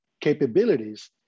capabilities